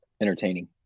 entertaining